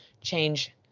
change